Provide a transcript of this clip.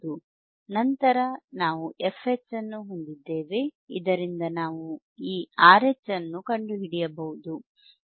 ನಂತರ ನಾವು fH ಅನ್ನು ಹೊಂದಿದ್ದೇವೆ ಇದರಿಂದ ನಾವು ಈ RH ಅನ್ನು ಕಂಡುಹಿಡಿಯಬಹುದು